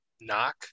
Knock